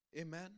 Amen